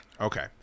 okay